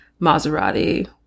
Maserati